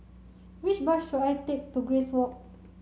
which bus should I take to Grace Walk